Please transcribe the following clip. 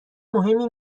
مهمی